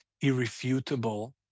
irrefutable